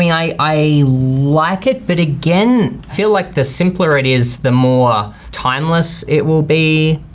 mean, i i like it, but again, feel like the simpler it is the more timeless it will be.